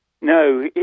no